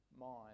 mind